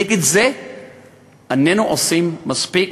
נגד זה איננו עושים מספיק,